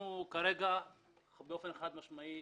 כרגע אנחנו באופן חד-משמעי,